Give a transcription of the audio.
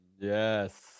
Yes